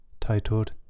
titled